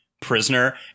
prisoner